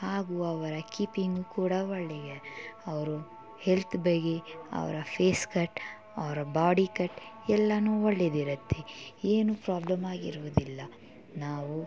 ಹಾಗೂ ಅವರ ಕೀಪಿಂಗ್ ಕೂಡ ಒಳ್ಳೆಯ ಅವರು ಹೆಲ್ತ್ ಬಗ್ಗೆ ಅವರ ಫೇಸ್ಕಟ್ ಅವರ ಬಾಡಿಕಟ್ ಎಲ್ಲನೂ ಒಳ್ಳೆಯದಿರುತ್ತೆ ಏನೂ ಪ್ರಾಬ್ಲಮ್ಮಾಗಿರುವುದಿಲ್ಲ ನಾವು